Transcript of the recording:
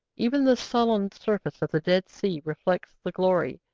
even the sullen surface of the dead sea reflects the glory,